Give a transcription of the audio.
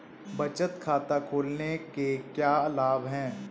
बचत खाता खोलने के क्या लाभ हैं?